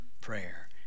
prayer